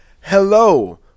hello